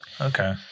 Okay